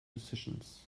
decisions